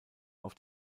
auf